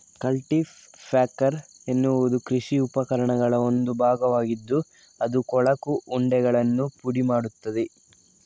culti packer ಎನ್ನುವುದು ಕೃಷಿ ಉಪಕರಣಗಳ ಒಂದು ಭಾಗವಾಗಿದ್ದು ಅದು ಕೊಳಕು ಉಂಡೆಗಳನ್ನು ಪುಡಿ ಮಾಡುತ್ತದೆ